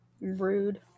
rude